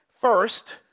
First